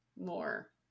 more